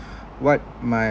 what my